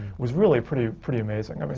was really pretty pretty amazing. i mean